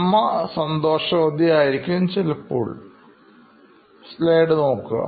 അമ്മ സന്തോഷവതിയാണ്